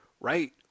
Right